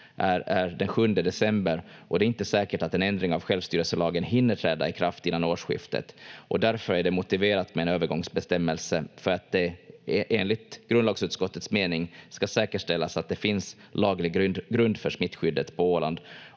sjunde december, och det är inte säkert att en ändring av självstyrelselagen hinner träda i kraft innan årsskiftet. Därför är det motiverat med en övergångsbestämmelse, för att det enligt grundlagsutskottets mening ska säkerställas att det finns laglig grund för smittskyddet på Åland,